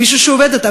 מישהי שעובדת אתו,